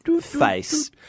face